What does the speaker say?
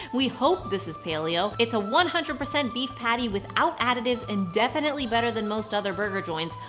we hope this is paleo. it's a one hundred percent beef patty without additives, and definitely better than most other burger joints,